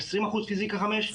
20% פיזיקה חמש,